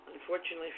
Unfortunately